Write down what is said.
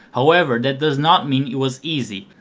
however that does not mean it was easy,